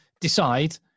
decide